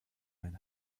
mein